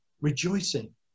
rejoicing